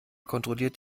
kontrolliert